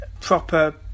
proper